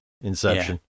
Inception